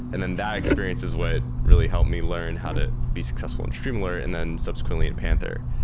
and then that experience is what really helped me learn how to be successful in streamalert and then subsequently at panther.